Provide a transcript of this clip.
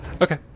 Okay